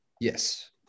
yes